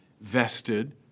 vested